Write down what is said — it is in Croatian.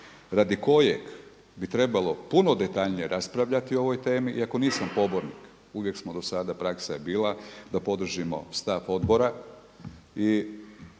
radi kojeg bi trebalo puno detaljnije raspravljati o ovoj temi iako nisam pobornik, uvijek sam do sada, praksa je bila da podržimo stav Odbora